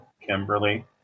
Kimberly